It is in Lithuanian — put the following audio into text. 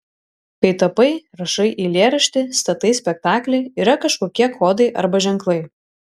kai tapai rašai eilėraštį statai spektaklį yra kažkokie kodai arba ženklai